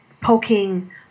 poking